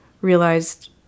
realized